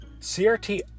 CRT